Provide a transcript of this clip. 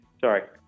Sorry